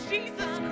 Jesus